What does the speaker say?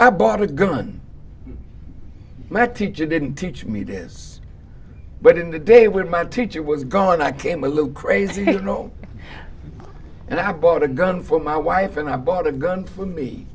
i bought a gun my teacher didn't teach me this but in the day when my teacher was gone i came a little crazy you know and i bought a gun for my wife and i bought a gun for me